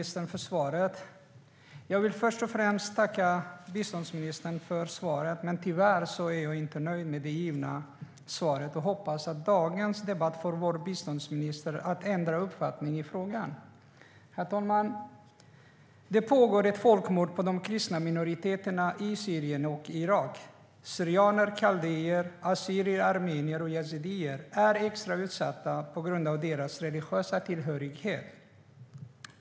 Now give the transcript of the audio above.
Herr talman! Jag vill först och främst tacka biståndsministern för svaret. Men tyvärr är jag inte nöjd med det givna svaret, och jag hoppas att dagens debatt får vår biståndsminister att ändra uppfattning i frågan. Herr talman! Det pågår ett folkmord på de kristna minoriteterna i Syrien och Irak. Syrianer, kaldéer, assyrier, armenier och yazidier är extra utsatta på grund av sin religiösa tillhörighet.